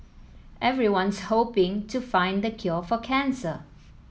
everyone's hoping to find the cure for cancer